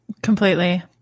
Completely